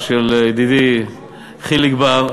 של ידידי חיליק בר.